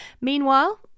Meanwhile